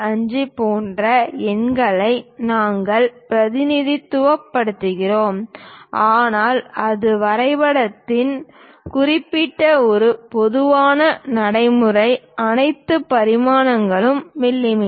25 போன்ற எண்களை நாங்கள் பிரதிநிதித்துவப்படுத்துகிறோம் ஆனால் அது வரைபடத்தில் குறிப்பிட ஒரு பொதுவான நடைமுறை அனைத்து பரிமாணங்களும் மிமீ